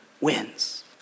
wins